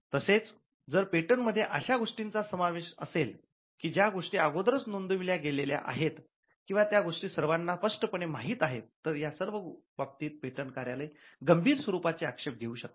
तसेच जर पेटंट मध्ये अशा गोष्टींचा समावेश असेल की ज्या गोष्टी अगोदरच नोंदविल्या गेलेल्या आहेत किंवा त्या गोष्टी सर्वाना स्पष्टपणे माहित आहेत तर या सर्व बाबतीत पेटंट कार्यालय गंभीर स्वरूपाचे आक्षेप घेऊ शकते